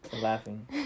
laughing